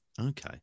okay